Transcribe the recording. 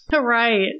Right